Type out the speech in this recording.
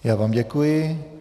Já vám děkuji.